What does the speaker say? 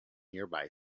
nearby